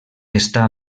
està